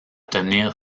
tenir